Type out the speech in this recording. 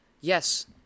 Yes